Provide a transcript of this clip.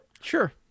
Sure